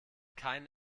keinen